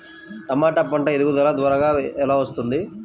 టమాట పంట ఎదుగుదల త్వరగా ఎలా వస్తుంది?